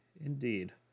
Indeed